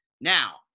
Now